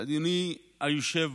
ואדוני היושב